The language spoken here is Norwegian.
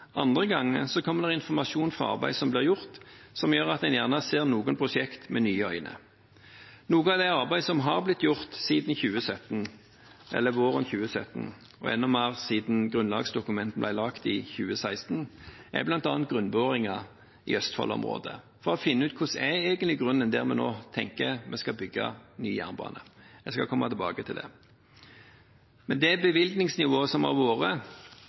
Andre ganger kommer det informasjon fra arbeid som er gjort, som gjør at en ser noen prosjekter med nye øyne. Noe av det arbeidet som har blitt gjort siden våren 2017, og enda mer siden grunnlagsdokumentet ble laget i 2016, er bl.a. grunnboringer i Østfold-området for å finne ut: Hvordan er egentlig grunnen der vi nå tenker at vi skal bygge ny jernbane? Jeg skal komme tilbake til det. Det bevilgningsnivået som har vært,